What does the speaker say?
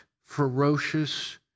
ferocious